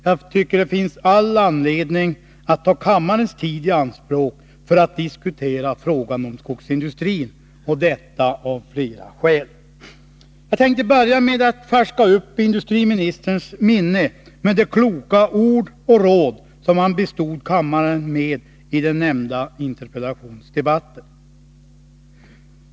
Jag tycker det finns all anledning att ta kammarens tid i anspråk för att diskutera frågan om skogsindustrin, och detta av flera skäl. Jag tänkte börja med att färska upp industriministerns minne med de kloka ord och råd som han bestod kammaren med i den nämnda interpellationsdebatten.